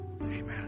Amen